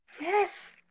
Yes